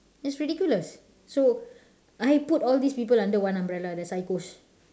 it's ridiculous so I put all these people under one umbrella that's why I curse